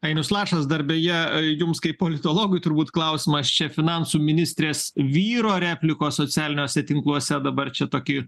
ainius lašas dar beje jums kaip politologui turbūt klausimas čia finansų ministrės vyro replikos socialiniuose tinkluose dabar čia toki ir